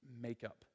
makeup